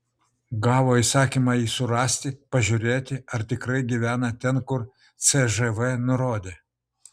gavo įsakymą jį surasti pažiūrėti ar tikrai gyvena ten kur cžv nurodė